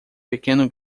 pequeno